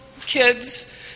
kids